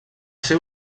ser